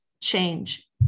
change